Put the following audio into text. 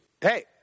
hey